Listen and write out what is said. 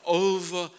over